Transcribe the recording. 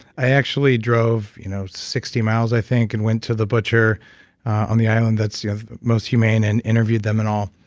i actually drove you know sixty miles, i think, and went to the butcher on the island that's most humane and interviewed them and all.